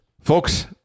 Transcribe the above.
Folks